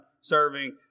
serving